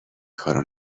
کارو